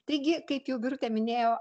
taigi kaip jau birutė minėjo